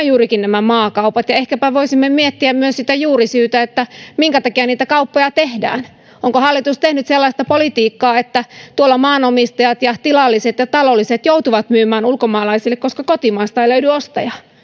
juurikin nämä maakaupat ja ehkäpä voisimme miettiä myös sitä juurisyytä minkä takia niitä kauppoja tehdään onko hallitus tehnyt sellaista politiikkaa että tuolla maanomistajat ja tilalliset ja talolliset joutuvat myymään ulkomaalaisille koska kotimaasta ei löydy ostajaa mitä